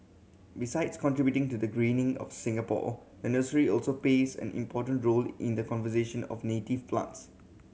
besides contributing to the greening of Singapore the nursery also plays an important role in the conservation of native plants